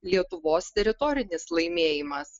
lietuvos teritorinis laimėjimas